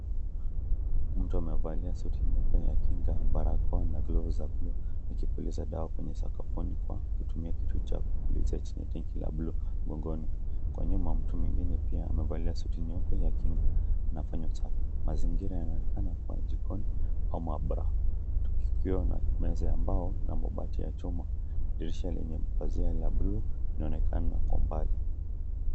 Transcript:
Mtu amevalia suti nyeupe ya kinga, barakoa na glovu za (cs)blue(cs), akipuliza dawa kwenye sakafuni kutumia kitu cha kupulizia chenye renki ya (cs)blue(cs) mgongoni, kwa nyuma mtu mwingine pia amevalia suti nyeupe ya kinga, anafanya usafi, mazingira yanaonekana kuwa ya jikoni, au mabara, tukiwa na meza ya mbao na mabati ya chuma, dirisha lenye pazia ya (cs)blue(cs), linaonekana kwa mbali.